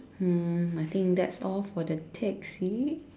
hmm I think that's all for the taxi